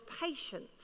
patience